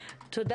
תודה